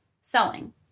selling